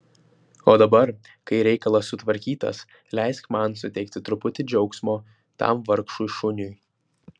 o dabar kai reikalas sutvarkytas leisk man suteikti truputį džiaugsmo tam vargšui šuniui